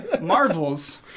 Marvel's